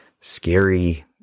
scary